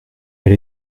elle